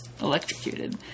electrocuted